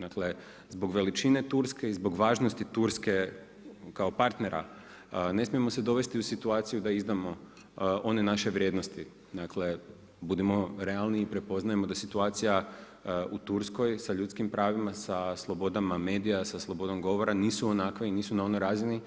Dakle, zbog veličine Turske i zbog važnosti Turske kao partnera, ne smijemo se dovesti u situaciju da izdamo one naše vrijednosti, dakle budimo realni i prepoznajmo da situacija u Turskoj sa ljudskim pravima, sa slobodama medija, sa slobodom govora nisu onakva i nisu na onoj razini